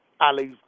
Ali